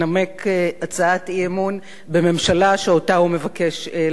הצעת אי-אמון בממשלה שאותה הוא מבקש להחליף.